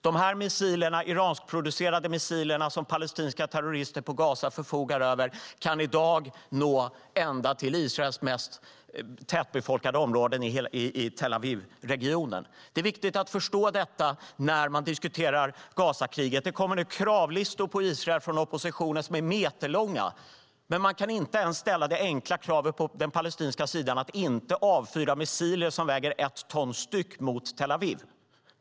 Dessa iranskproducerade missiler som palestinska terrorister i Gaza förfogar över kan i dag nå Israels mest tätbefolkade område, Tel Aviv-regionen. Det är viktigt att förstå detta när man diskuterar Gazakriget. Det kommer meterlånga kravlistor på Israel från oppositionen, men på den palestinska sidan kan man inte ställa det enkla kravet att inte avfyra missiler som väger ett ton styck mot Tel Aviv.